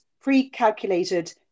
pre-calculated